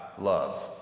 love